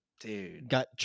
Dude